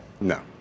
no